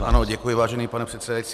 Ano děkuji, vážený pane předsedající.